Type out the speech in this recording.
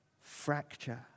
fracture